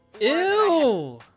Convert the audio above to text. Ew